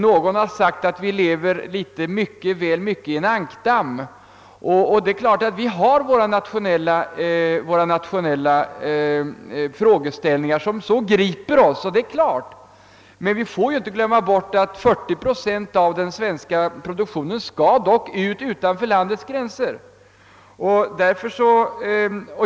Någon har uttryckt det så att vi lever väl mycket liksom i en ankdamm, Det är klart att vi har nationella frågeställningar som griper oss, men vi får fördenskull inte glömma bort att 40 procent av den svenska produktionen skall utanför landets gränser.